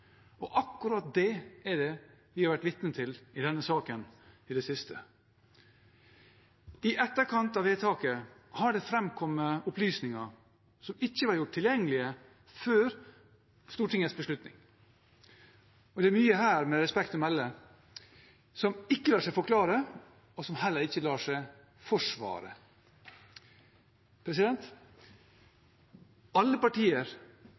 Akkurat det er det vi har vært vitne til i denne saken i det siste. I etterkant av vedtaket har det framkommet opplysninger som ikke var gjort tilgjengelige før Stortingets beslutning, og det er mye som, med respekt å melde, ikke lar seg forklare og heller ikke lar seg forsvare. Alle partier